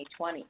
2020